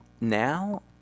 now